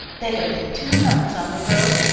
they have been two months on the road,